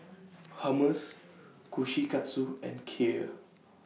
Hummus Kushikatsu and Kheer